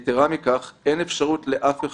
יתרה מכך, אין אפשרות לאף אחד,